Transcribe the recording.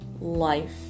life